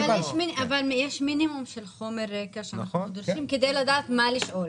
יש מינימום של חומר רקע שאנחנו דורשים כדי לדעת מה לשאול.